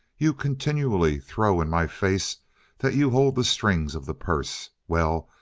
you continually throw in my face that you hold the strings of the purse. well,